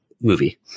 movie